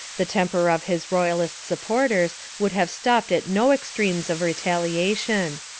the temper of his royalist supporters would have stopped at no extremes of retaliation.